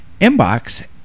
inbox